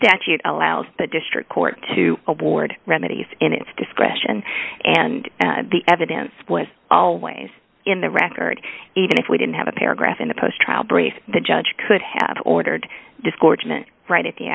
statute allows the district court to award remedies in its discretion and the evidence was always in the record even if we didn't have a paragraph in the post trial brief the judge could have ordered disgorgement right at the